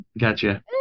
Gotcha